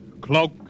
Cloak